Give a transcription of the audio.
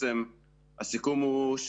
הסיכום הוא,